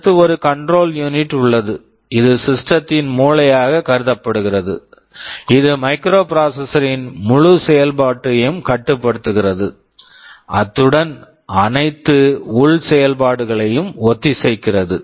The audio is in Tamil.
அடுத்து ஒரு கன்ட்ரோல் யூனிட் control unit உள்ளது இது சிஸ்டம் system த்தின் மூளையாக கருதப்படுகிறது இது மைக்ரோபிராசசர் microprocessor ன் முழு செயல்பாட்டையும் கட்டுப்படுத்துகிறது அத்துடன் அனைத்து உள் செயல்பாடுகளையும் ஒத்திசைக்கிறது